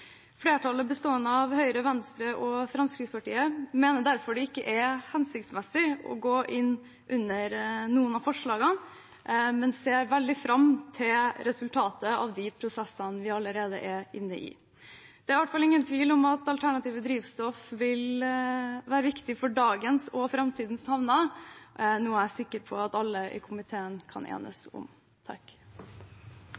Flertallet, bestående av Høyre, Venstre og Fremskrittspartiet, mener derfor det ikke er hensiktsmessig å gå inn under noen av forslagene, men ser veldig fram til resultatet av de prosessene vi allerede er inne i. Det er i hvert fall ingen tvil om at alternative drivstoff vil være viktig for dagens og framtidens havner, noe jeg er sikker på at alle i komiteen kan enes